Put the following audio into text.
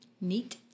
Neat